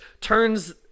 turns